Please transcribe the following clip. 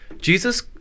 jesus